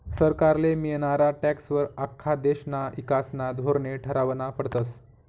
सरकारले मियनारा टॅक्सं वर आख्खा देशना ईकासना धोरने ठरावना पडतस